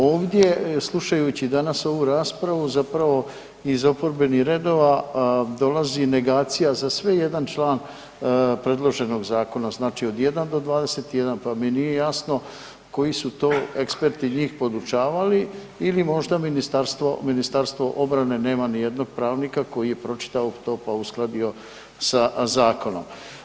Ovdje slušajući danas ovu raspravu zapravo iz oporbenih redova dolazi negacija za sve jedan član predloženog zakona, znači od 1 do 21, pa mi nije jasno koji su to eksperti njih podučavali ili možda ministarstvo, Ministarstvo obrane nema nijednog pravnika koji je pročitao to, pa uskladio sa zakonom.